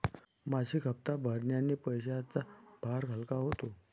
मासिक हप्ता भरण्याने पैशांचा भार हलका होतो